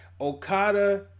Okada